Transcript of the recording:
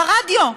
ברדיו,